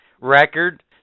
record